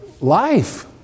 Life